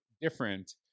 different